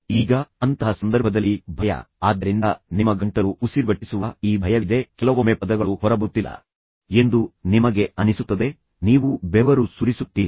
ಈಗ ಅಂತಹ ಸಂದರ್ಭದಲ್ಲಿ ಭಯ ಆದ್ದರಿಂದ ನಿಮ್ಮ ಗಂಟಲು ಉಸಿರುಗಟ್ಟಿಸುವ ಈ ಭಯವಿದೆ ಕೆಲವೊಮ್ಮೆ ಪದಗಳು ಹೊರಬರುತ್ತಿಲ್ಲ ಎಂದು ನಿಮಗೆ ಅನಿಸುತ್ತದೆ ನೀವು ಬೆವರು ಸುರಿಸುತ್ತೀರಿ